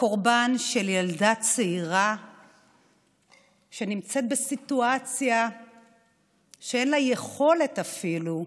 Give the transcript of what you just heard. הקורבן של ילדה צעירה שנמצאת בסיטואציה שאין לה יכולת אפילו,